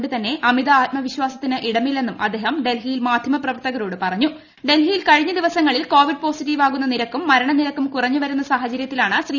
ൃ ആത്മവിശ്വാസത്തിന് ഇടമില്ല്യുന്നും അദ്ദേഹം ഡൽഹിയിൽ മാധ്യമ പ്രവർത്തകരോട് പറഞ്ഞു് ഡൽഹിയിൽ കഴിഞ്ഞ ദിവസങ്ങളിൽ കോവിഡ് പോസിറ്റീവിാക്കുന്ന നിരക്കും മരണ നിരക്കും കുറഞ്ഞു വരുന്ന സാഹചരൃത്തിലാണ് ശ്രീ